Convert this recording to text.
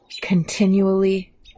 continually